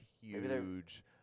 huge